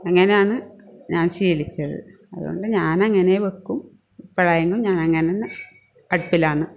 അങ്ങനെയാണ് ഞാൻ ശീലിച്ചത് അതുകൊണ്ട് ഞാൻ അങ്ങനെയേ വയ്ക്കും ഇപ്പോഴായെങ്കിലും ഞാൻ അങ്ങനെതന്നെ അടുപ്പിലാണ്